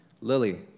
Lily